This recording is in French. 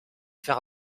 faire